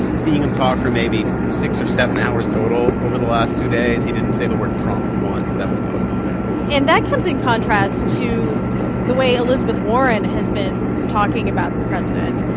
seeing him talk for maybe six or seven hours total over the last two days, he didn't say the word trump once. that was notable to me and that comes in contrast to the way elizabeth warren has been talking about the president.